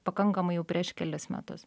pakankamai jau prieš kelis metus